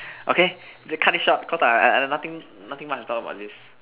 okay cut this short because I I got nothing nothing much to talk about this